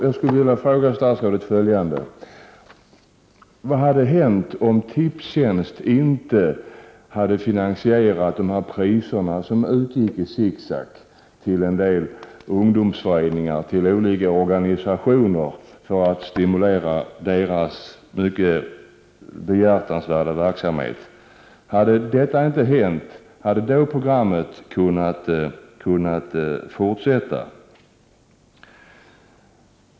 Jag skulle vilja fråga statsrådet vad som hade hänt om Tipstjänst inte hade finansierat de priser som utgick i Zick Zack till en del ungdomsföreningar och andra organisationer för att stimulera deras mycket behjärtansvärda verksamhet. Hade programmet kunnat fortsätta om detta inte hade hänt?